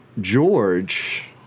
George